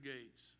Gates